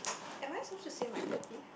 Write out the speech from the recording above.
am I supposed to say my pet peeve